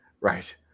Right